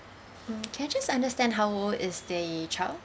mm can I just understand how old is the child